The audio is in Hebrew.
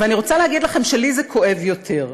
ואני רוצה להגיד לכם, שלי זה כואב יותר.